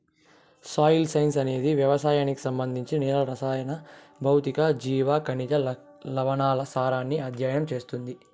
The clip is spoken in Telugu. సాయిల్ సైన్స్ అనేది వ్యవసాయానికి సంబంధించి నేలల రసాయన, భౌతిక, జీవ, ఖనిజ, లవణాల సారాన్ని అధ్యయనం చేస్తుంది